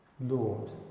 Lord